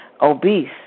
obese